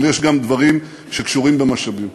אבל יש גם דברים שקשורים במשאבים.